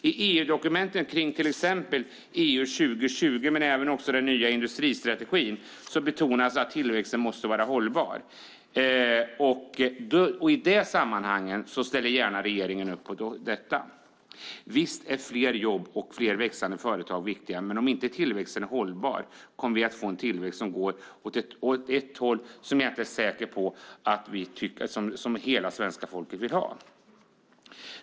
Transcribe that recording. I EU-dokumenten kring till exempel EU 2020 men även den nya industristrategin betonas att tillväxten måste vara hållbar. I de sammanhangen ställer regeringen gärna upp på detta. Visst är fler jobb och fler växande företag viktiga, men om inte tillväxten är hållbar kommer vi att få en tillväxt som går åt ett håll som jag är inte säker på att hela svenska folket vill ha.